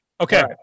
Okay